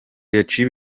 yaciye